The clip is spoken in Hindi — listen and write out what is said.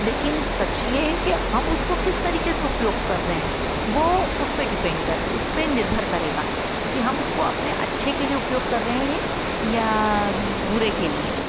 लेकिन सच ये है की हम उसको किस तरीके से उपयोग कर रहे हैं वो उसपे डिपेंड कर उस पर निर्भर करेगा की हम उसको अपने अच्छे के लिए उपयोग कर रहे हैं या बुरे के लिए